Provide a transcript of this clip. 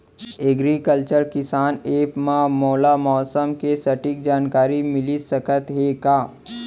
Agriculture किसान app मा मोला मौसम के सटीक जानकारी मिलिस सकत हे का?